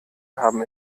haben